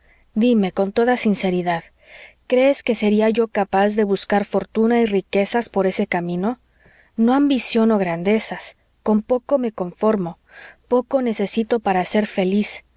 dime con toda sinceridad crees que sería yo capaz de buscar fortuna y riquezas por ese camino no ambiciono grandezas con poco me conformo poco necesito para ser feliz